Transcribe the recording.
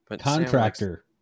Contractor